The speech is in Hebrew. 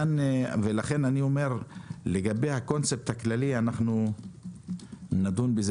לכן אני אומר שלגבי הקונספט הכללי אנחנו נדון בזה